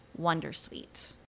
wondersuite